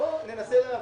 בואו ננסה להבין,